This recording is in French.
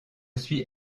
suis